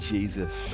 Jesus